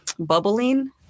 bubbling